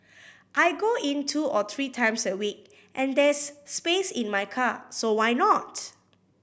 I go in two or three times a week and there's space in my car so why not